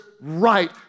Right